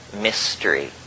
mystery